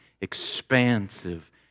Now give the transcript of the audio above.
expansive